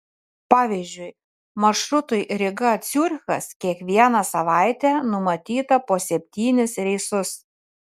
pavyzdžiui maršrutui ryga ciurichas kiekvieną savaitę numatyta po septynis reisus